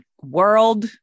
world